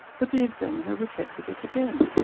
but the examiner rejected it again.